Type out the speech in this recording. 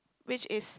which is